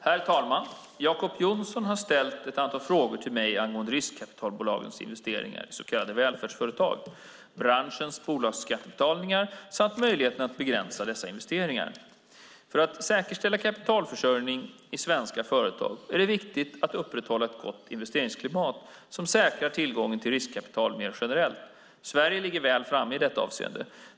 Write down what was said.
Herr talman! Jacob Johnson har ställt ett antal frågor till mig angående riskkapitalbolagens investeringar i så kallade välfärdsföretag, branschens bolagsskattebetalningar samt möjligheterna att begränsa dessa investeringar. För att säkerställa kapitalförsörjningen i svenska företag är det viktigt att upprätthålla ett gott investeringsklimat som säkrar tillgången till riskkapital mer generellt. Sverige ligger väl framme i detta avseende.